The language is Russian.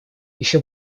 еще